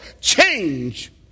change